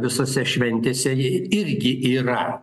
visose šventėse jie irgi yra